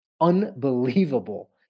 Unbelievable